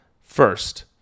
first